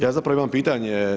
Ja zapravo imam pitanje.